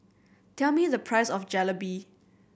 tell me the price of Jalebi